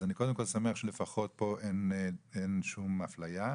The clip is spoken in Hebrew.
אז אני קודם כל שמח שלפחות פה אין שום אפליה.